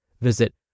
Visit